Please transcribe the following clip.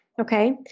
Okay